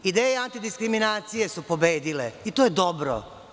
Ideje antidiskriminacije su pobedile i to je dobro.